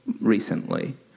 recently